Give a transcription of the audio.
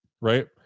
Right